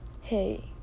hey